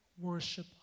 worship